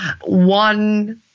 one